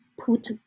put